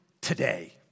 today